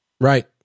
Right